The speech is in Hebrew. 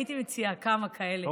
הייתי מציעה כמה כאלה.